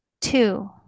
two